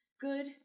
Good